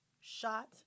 Shot